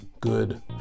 good